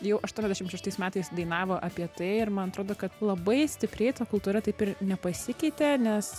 jau aštuoniasdešim šeštais metais dainavo apie tai ir man atrodo kad labai stipriai ta kultūra taip ir nepasikeitė nes